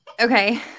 Okay